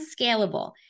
scalable